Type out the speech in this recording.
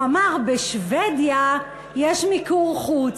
הוא אמר: בשבדיה יש מיקור חוץ.